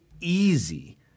easy